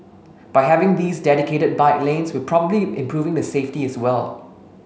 by having these dedicated bike lanes we're probably improving the safety as well